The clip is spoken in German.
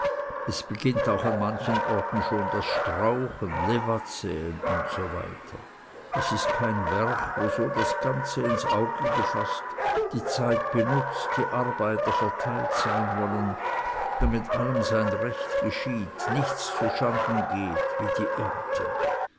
es beginnt auch an manchen orten schon das strauchen lewatsäen usw es ist kein werch wo so das ganze ins auge gefaßt die zeit benutzt die arbeiter verteilt sein wollen damit allem sein recht geschieht nichts zuschanden geht wie die ernte